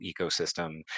ecosystem